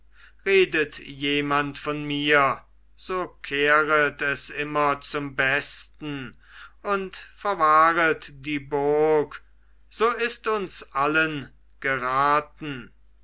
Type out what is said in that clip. redet jemand von mir so kehret es immer zum besten und verwahret die burg so ist uns allen geraten